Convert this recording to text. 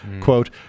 quote